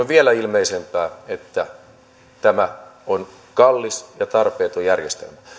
vielä ilmeisempää että tämä on kallis ja tarpeeton järjestelmä